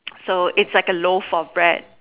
so it's like a loaf of bread